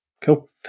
Cool